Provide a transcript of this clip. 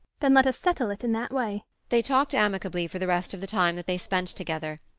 then let us settle it in that way they talked amicably for the rest of the time that they spent together.